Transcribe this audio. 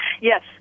Yes